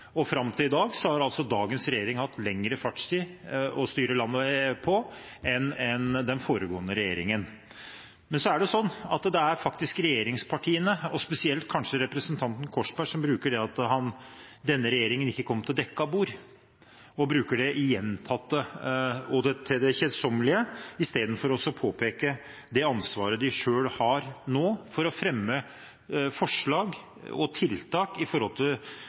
og fram til i dag, har altså dagens regjering hatt lengre fartstid med å styre landet enn den foregående regjeringen. Men så er det sånn at regjeringspartiene, og spesielt kanskje representanten Korsberg, til det kjedsommelige bruker det at denne regjeringen ikke kom til dekket bord, istedenfor å påpeke det ansvaret de nå selv har for å fremme forslag og tiltak som kan bringe klimagassutslippene i Norge ned. Så har jeg ikke sagt at vi ønsker oss bort fra den enigheten vi hadde om tilslutningen til